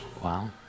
Wow